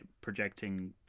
projecting